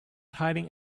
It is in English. hiding